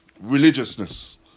religiousness